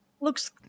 Looks